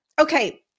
Okay